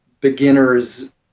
beginners